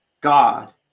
God